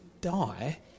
die